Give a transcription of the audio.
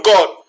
God